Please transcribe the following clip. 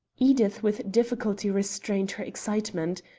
edith with difficulty restrained her excitement.